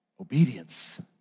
obedience